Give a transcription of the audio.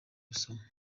gusoma